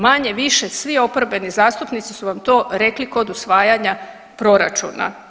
Manje-više svi oporbeni zastupnici su vam to rekli kod usvajanja proračuna.